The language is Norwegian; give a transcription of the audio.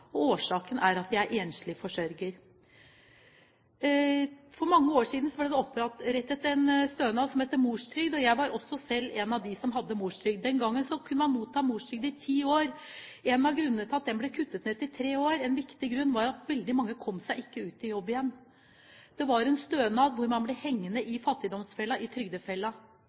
og årsaken er at de er enslige forsørgere. For mange år siden ble det opprettet en stønad som heter morstrygd. Jeg var selv en av dem som hadde morstrygd. Den gangen kunne man motta morstrygd i ti år. En viktig grunn til at den ble kuttet ned til tre år, var at veldig mange ikke kom seg ut i jobb igjen. Det var en stønad hvor man ble hengende i fattigdomsfella, i trygdefella.